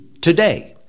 today